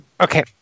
Okay